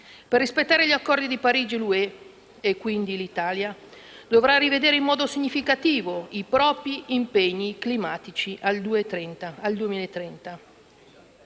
Per rispettare l'Accordo di Parigi, l'Unione europea - e quindi l'Italia - dovrà rivedere in modo significativo i propri impegni climatici al 2030.